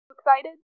Excited